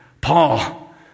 Paul